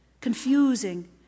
confusing